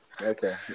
Okay